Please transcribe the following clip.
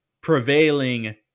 prevailing